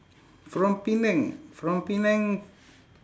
from penang from penang